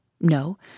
No